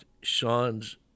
Sean's